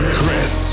Chris